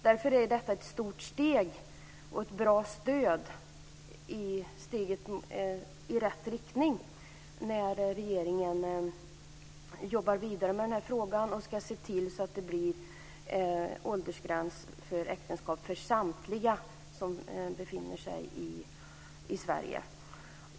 Därför är det ett stort steg och ett bra stöd i rätt riktning att regeringen jobbar vidare med frågan och ska se till att det blir en åldersgräns för äktenskap, för samtliga som befinner sig i Sverige.